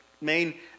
main